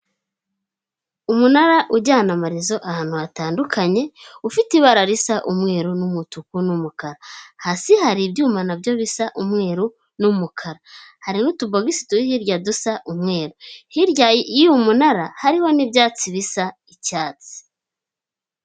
Umunara ujyana amarezo ahantu hatandukanye ufite ibara risa umweru, n'umutuku, n'umukara hasi hari ibyuma nabyo bisa umweru n'umukara, hariho utu bogisi turi hirya dusa umweru hirya y'umunara hariho n'ibyatsi bisa icyatsi.